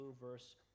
verse